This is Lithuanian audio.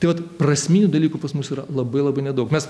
tai vat prasminių dalykų pas mus yra labai labai nedaug